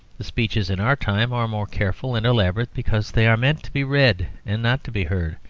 the speeches in our time are more careful and elaborate, because they are meant to be read, and not to be heard.